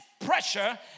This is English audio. pressure